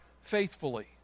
faithfully